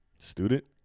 student